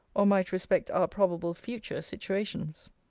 or might respect our probable future situations.